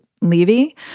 Levy